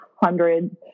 hundreds